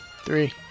Three